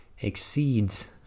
exceeds